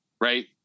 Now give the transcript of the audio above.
right